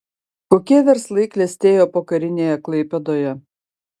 kokie verslai klestėjo pokarinėje klaipėdoje